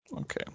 okay